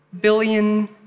billion